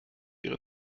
ihre